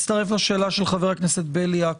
מצטרף לשאלת חבר הכנסת בליאק